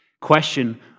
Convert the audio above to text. Question